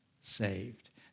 saved